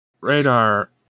Radar